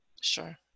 Sure